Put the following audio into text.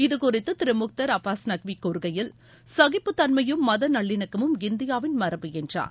இது குறித்து திரு முக்தர் அப்பாஸ் நக்வி கூறுகையில் சகிப்புத்தன்மையும் மதநல்லிணக்கமும் இந்தியாவின் மரபு என்றார்